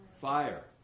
Fire